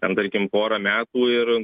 ten tarkim pora metų ir